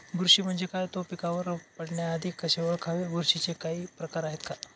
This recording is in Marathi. बुरशी म्हणजे काय? तो पिकावर पडण्याआधी कसे ओळखावे? बुरशीचे काही प्रकार आहेत का?